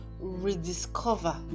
rediscover